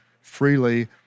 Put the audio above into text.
freely